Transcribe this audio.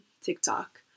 TikTok